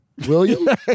William